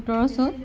সোতৰ চ'ত